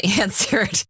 answered